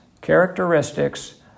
characteristics